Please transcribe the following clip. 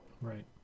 Right